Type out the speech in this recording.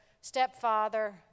stepfather